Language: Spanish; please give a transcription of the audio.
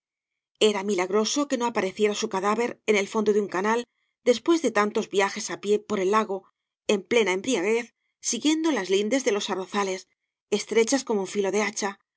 era milagroso que no apareciera su cadáver en el fondo de un canal después de tantos viajes á pie por el lago en plena embriaguez siguiendo las lindes de los arrozales estrechas como un filo de hacha